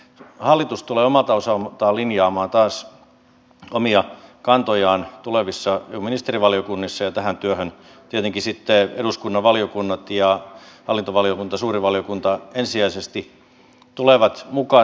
hallitus tulee omalta osaltaan linjaamaan taas omia kantojaan tulevissa ministerivaliokunnissa ja tähän linjaustyöhön tietenkin sitten eduskunnan valiokunnat hallintovaliokunta ja suuri valiokunta ensisijaisesti tulevat mukaan